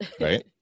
Right